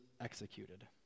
executed